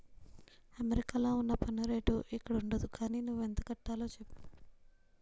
అమెరికాలో ఉన్న పన్ను రేటు ఇక్కడుండదు గానీ నువ్వెంత కట్టాలో చెప్పు